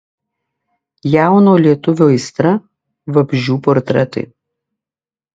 jauno lietuvio aistra vabzdžių portretai